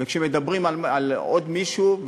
וכשמדברים על עוד מישהו,